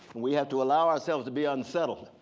we have to allow ourselves to be unsettled,